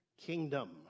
kingdom